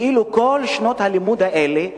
כאילו כל שנות הלימוד האלה,